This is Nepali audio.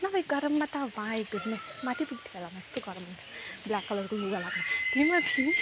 नभए गरममा त माई गुडनेस माथि पग्थेँ होला म यस्तो गरममा ब्ल्याक कलरको लुगा लगाएको भए त्यही माथि